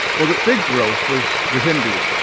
well the big growth was the hindus.